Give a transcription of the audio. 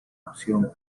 opción